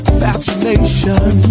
fascination